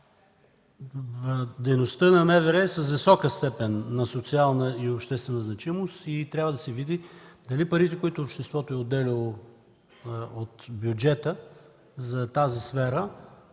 Дейността на МВР е с висока степен на социална и обществена значимост и трябва да се види дали парите, които обществото е отделяло от бюджета за тази сфера,